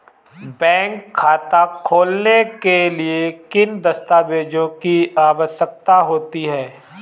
Bank खाता खोलने के लिए किन दस्तावेजों की आवश्यकता होती है?